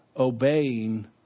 obeying